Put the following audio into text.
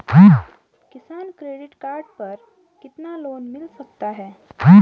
किसान credit card पर कितना लोंन मिल सकता है?